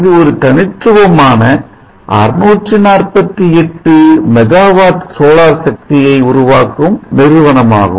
இது ஒரு தனித்துவமான 648 மெகாவாட் சோலார் சக்தியை உருவாக்கும் நிறுவனமாகும்